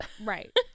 Right